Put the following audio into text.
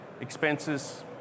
expenses